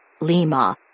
Lima